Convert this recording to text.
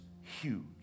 huge